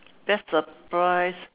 best surprise